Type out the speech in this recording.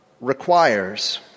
requires